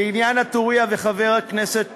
לציין כאן את ההיסטוריה של החקיקה הזאת.